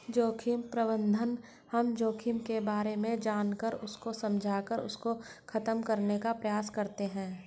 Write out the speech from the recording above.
जोखिम प्रबंधन हम जोखिम के बारे में जानकर उसको समझकर उसको खत्म करने का प्रयास करते हैं